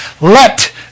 let